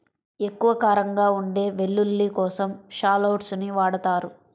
ఎక్కువ కారంగా ఉండే వెల్లుల్లి కోసం షాలోట్స్ ని వాడతారు